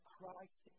Christ